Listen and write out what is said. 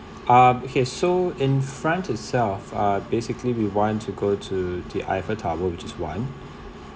um okay so in front itself uh basically we want to go to the Eiffel tower which is one